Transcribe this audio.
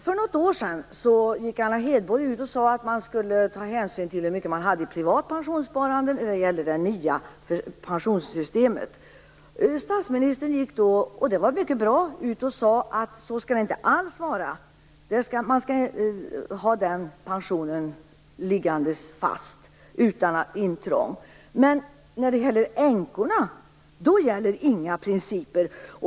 För något år sedan sade Anna Hedborg att hänsyn skulle tas till privat pensionssparande i fråga om det nya pensionssystemet. Statsministern sade då - vilket var mycket bra - att så skulle det inte alls vara. Den pensionen skulle ligga fast utan intrång. Men i fråga om änkorna gäller inga principer!